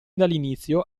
dall’inizio